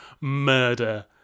murder